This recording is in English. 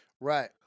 Right